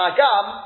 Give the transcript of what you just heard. Agam